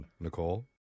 Nicole